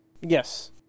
Yes